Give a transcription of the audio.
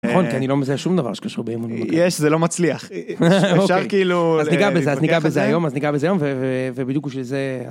נכון, כי אני לא מזהה שום דבר שקשור באמון במקום. יש, זה לא מצליח. אוקיי, אז ניגע בזה היום, אז ניגע בזה היום, ובדיוק בשביל זה...